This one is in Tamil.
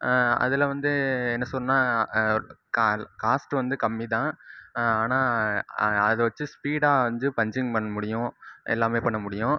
அதில் வந்து என்ன சொன்னால் கால் காஸ்ட் வந்து கம்மி தான் ஆனால் அது வச்சு ஸ்பீடாக வந்து பஞ்சிங் பண்ண முடியும் எல்லாமே பண்ண முடியும்